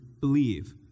believe